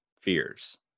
fears